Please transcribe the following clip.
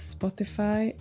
Spotify